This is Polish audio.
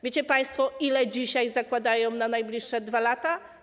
Wiecie państwo, ile dzisiaj zakładają na najbliższe 2 lata?